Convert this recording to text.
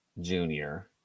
junior